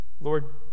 Lord